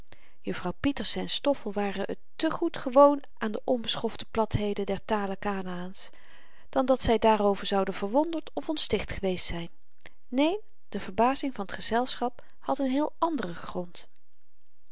juffrouw pieterse en stoffel waren te goed gewoon aan de onbeschofte platheden der tale kanaäns dan dat zy daarover zouden verwonderd of ontsticht geweest zyn neen de verbazing van t gezelschap had n heel anderen grond